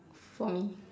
for me